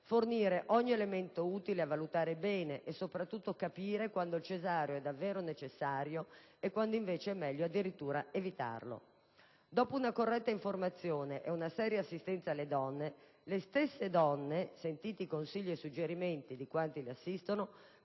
fornendo ogni elemento utile a valutare bene e soprattutto capire quando il cesareo è davvero necessario e quando invece è meglio addirittura evitarlo. Dopo una corretta informazione e una seria assistenza alle donne, le stesse donne, sentiti i consigli e i suggerimenti di quanti le assistono,